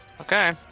Okay